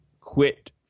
quit